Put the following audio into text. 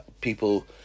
people